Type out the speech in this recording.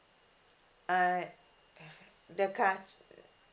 uh the car